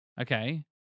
okay